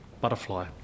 butterfly